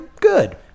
good